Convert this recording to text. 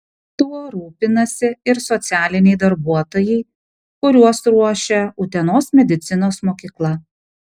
tuo rūpinasi ir socialiniai darbuotojai kuriuos ruošia utenos medicinos mokykla